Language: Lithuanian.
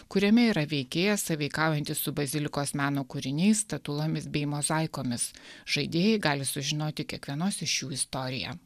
kuriame yra veikėjas sąveikaujantis su bazilikos meno kūriniais statulomis bei mozaikomis žaidėjai gali sužinoti kiekvienos iš jų istoriją